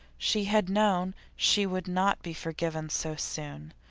she had known she would not be forgiven so soon,